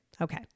Okay